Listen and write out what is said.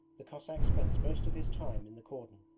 the cossack spends most of his time in the cordon,